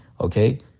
okay